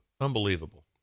Unbelievable